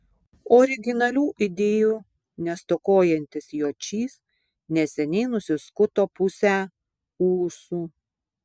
originalių idėjų nestokojantis jočys neseniai nusiskuto pusę ūsų